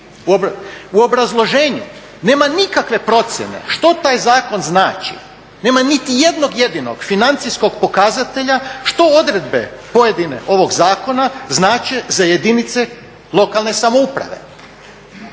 U obrazloženju nema nikakve procjene što taj zakon znači, nema niti jednog jedinog financijskog pokazatelja što odredbe pojedine ovog zakona znače za jedinice lokalne samouprave.